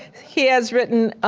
he has written